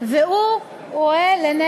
שהחוק שלי מוצמד